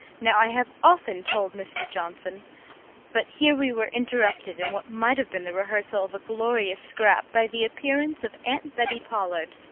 now i have often told mr. johnson but here we were interrupted in what might have been the rehearsal of a glorious scrap by the appearance of aunt bettie pollard,